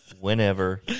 whenever